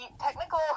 technical